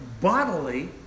bodily